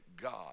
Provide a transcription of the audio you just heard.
God